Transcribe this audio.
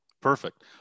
Perfect